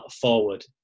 forward